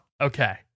Okay